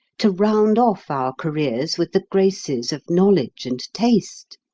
to round off our careers with the graces of knowledge and taste.